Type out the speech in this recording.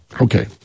okay